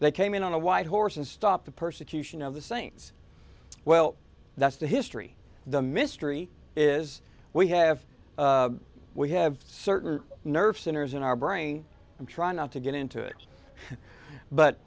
they came in on a white horse and stop the persecution of the saints well that's the history the mystery is we have we have certain nerve centers in our brain i'm trying not to get into it but